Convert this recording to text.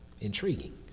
intriguing